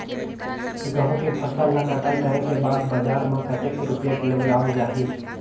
गंहू के फसल ला कटाई करे के बाद बजार मा कतेक रुपिया किलोग्राम जाही?